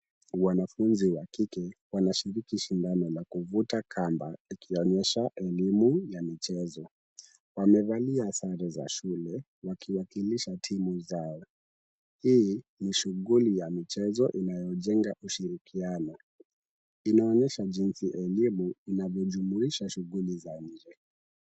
Wanafunzi wa kike wanashiriki shindano la kuvuta kamba ikionyesha elimu ya michezo. Wamevalia sare za shule wakiwakilisha timu zao. Hii ni shuguli ya michezo inayojenga ushirikiano. Inaonyesha jinsi elimu inavyojumuisha shughuli za nje.